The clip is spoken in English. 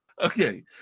okay